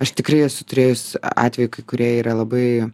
aš tikrai esu turėjusi atvejų kurie yra labai